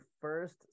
first